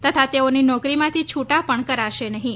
તથા તેઓની નોકરીમાંથી છુટા પણ કરાશે નહીં